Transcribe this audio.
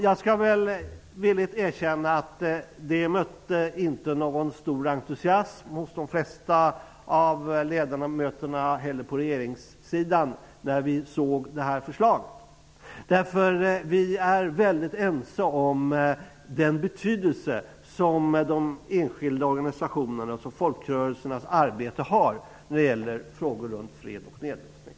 Jag skall villigt erkänna att förslaget inte mötte någon entusiasm från de flesta av regeringssidans ledamöter. Vi är ense om den betydelse som de enskilda organisationernas och folkrörelsernas arbete innebär när det gäller frågor om fred och nedrustning.